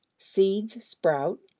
seeds sprout,